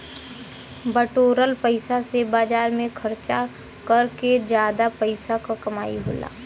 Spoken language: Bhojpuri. बटोरल पइसा से बाजार में खरचा कर के जादा पइसा क कमाई होला